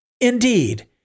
Indeed